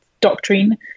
doctrine